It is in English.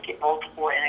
multiple